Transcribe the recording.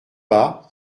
bas